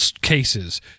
cases